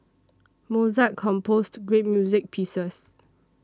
Mozart composed great music pieces